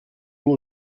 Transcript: nous